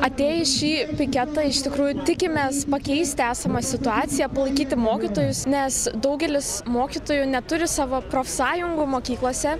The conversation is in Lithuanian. atėję į šį piketą iš tikrųjų tikimės pakeisti esamą situaciją palaikyti mokytojus nes daugelis mokytojų neturi savo profsąjungų mokyklose